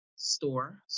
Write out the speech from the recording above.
store